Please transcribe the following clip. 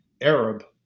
Arab